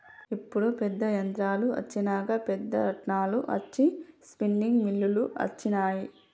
ఇప్పుడు పెద్ద యంత్రాలు అచ్చినంక పెద్ద రాట్నాలు అచ్చి స్పిన్నింగ్ మిల్లులు అచ్చినాయి